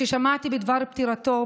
כששמעתי את דבר פטירתו,